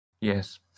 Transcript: Yes